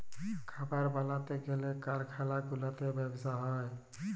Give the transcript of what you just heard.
খাবার বালাতে গ্যালে কারখালা গুলাতে ব্যবসা হ্যয়